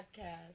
podcast